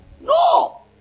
No